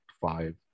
five